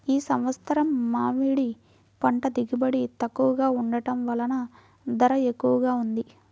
ఈ సంవత్సరం మామిడి పంట దిగుబడి తక్కువగా ఉండటం వలన ధర ఎక్కువగా ఉంది